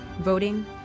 voting